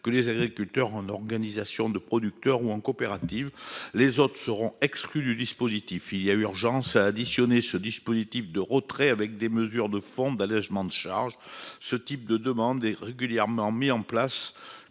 que les agriculteurs en organisation de producteurs ou en coopérative. Les autres seront exclus. Il y a urgence à additionner ce dispositif de retrait avec des mesures de fond d'allègement de charges. Ce type de demande est régulièrement mis en place